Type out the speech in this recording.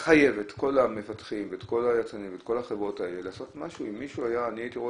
מה שאני לא רואה את משרד הבריאות עושה ואני לא רואה